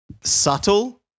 subtle